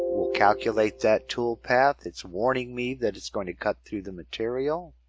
we'll calculate that toolpath. it's warning me that it's going to cut through the material.